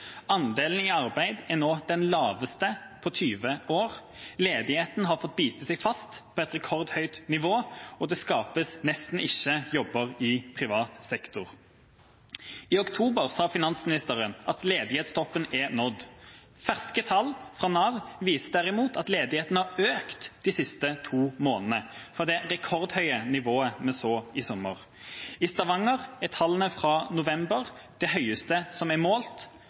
Andelen i arbeid er nå den laveste på 20 år. Ledigheten har fått bite seg fast på et rekordhøyt nivå. Det skapes nesten ikke jobber i privat sektor. I oktober sa finansministeren at ledighetstoppen er nådd. Ferske tall fra Nav viser derimot at ledigheten har økt de siste to månedene, fra det rekordhøye nivået vi så i sommer. I Stavanger er tallene fra november de høyeste som er målt